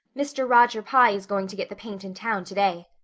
mr. roger pye is going to get the paint in town today.